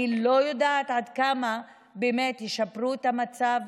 אני לא יודעת עד כמה באמת הם ישפרו את המצב.